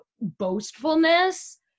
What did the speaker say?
boastfulness